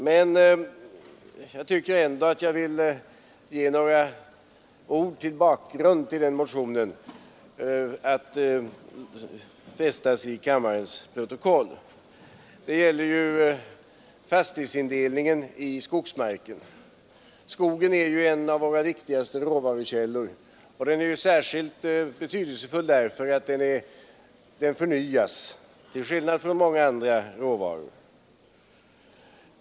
Men jag tycker ändå att jag vill ge några ord som bakgrund till den motionen att fästas i kammarens protokoll. Det gäller fastighetsindelningen i skogsmarker. Skogen är en av våra viktigaste råvarukällor. Den är särskilt betydelsefull därför att den förnyas till skillnad från många andra råvaror.